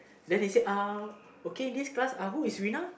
then he say uh okay this class who is Rina